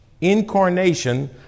incarnation